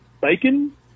Bacon